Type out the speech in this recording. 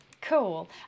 Cool